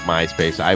MySpace